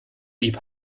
lieb